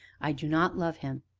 i do not love him,